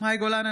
מאי גולן,